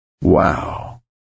Wow